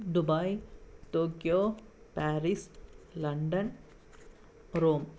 Dubai Tokyo Paris London Rome